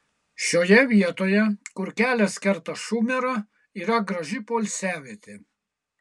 šioje vietoje kur kelias kerta šumerą yra graži poilsiavietė